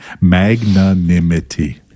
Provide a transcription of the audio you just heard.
Magnanimity